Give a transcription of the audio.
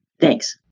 Thanks